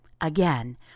again